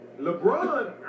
LeBron